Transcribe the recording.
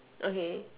okay